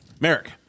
Merrick